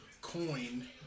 coin